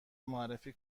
معرفی